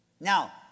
Now